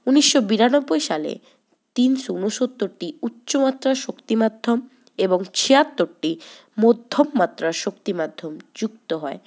উনিশশো বিরানব্বই সালে তিনশো উনসত্তরটি উচ্চ মাত্রার শক্তি মাধ্যম এবং ছিয়াত্তরটি মধ্যম মাত্রার শক্তি মাধ্যম যুক্ত হয়